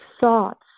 thoughts